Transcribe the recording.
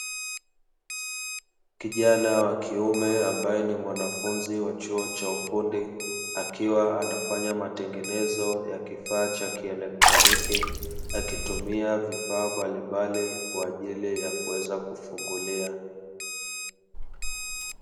Kijana wa kiume ambaye ni mwanafunzi wa chuo cha ufundi akiwa anafanya matengenezo ya kifaa cha kielektroniki, akitumia vifaa mbalimbali kwa ajili ya kuweza kufungulia.